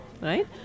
Right